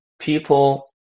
people